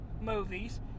movies